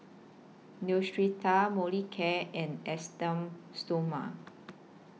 Neostrata Molicare and Esteem Stoma